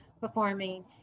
performing